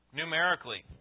numerically